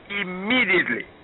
immediately